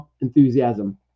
enthusiasm